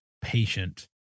patient